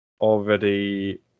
already